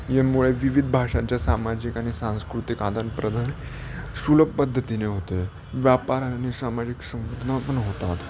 यामुळे विविध भाषांच्या सामाजिक आणि सांस्कृतिक आदानप्रदाान सुुलभ पद्धतीने होते व्यापार आनि सामाजिक संबोधन पण होतात